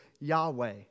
Yahweh